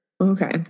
Okay